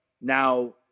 now